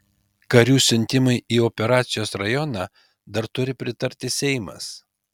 karių siuntimui į operacijos rajoną dar turi pritarti seimas